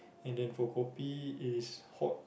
and then for kopi is hot